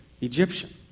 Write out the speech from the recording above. Egyptian